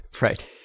Right